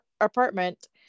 apartment